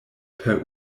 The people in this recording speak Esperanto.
per